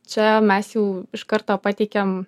čia mes jau iš karto pateikiam